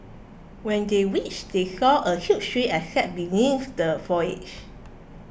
when they reached they saw a huge tree and sat beneath the foliage